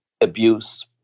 abuse